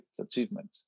achievement